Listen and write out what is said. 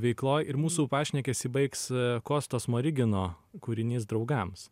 veikloj ir mūsų pašnekesį baigs kosto smorigino kūrinys draugams